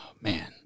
Man